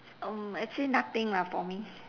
um actually nothing lah for me